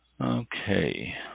okay